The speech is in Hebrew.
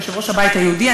יושב-ראש הבית היהודי.